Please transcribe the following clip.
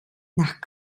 nach